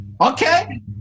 Okay